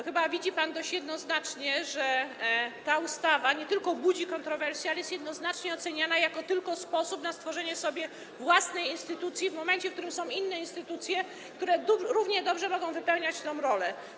Chyba widzi pan dość jednoznacznie, że ta ustawa nie tylko budzi kontrowersje, ale jest jednoznacznie oceniana jako tylko sposób na stworzenie sobie własnej instytucji w momencie, gdy są inne instytucje, które równie dobrze mogą odgrywać tę rolę.